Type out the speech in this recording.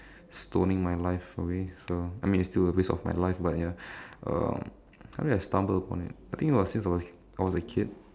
stoning my life away so I mean it's still a waste of my life but ya um how did I stumble upon it I think it was since I was a kid